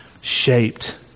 shaped